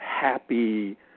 happy